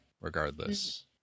regardless